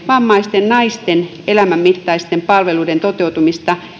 vammaisten naisten erityistarpeineen elämänmittaisten palveluiden toteutumista